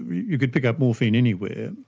you could pick up morphine anywhere.